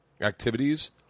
activities